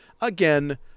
again